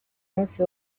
munsi